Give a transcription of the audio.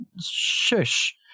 Shush